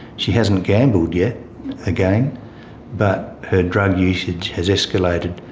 she hasn't gambled yet again but her drug usage has escalated.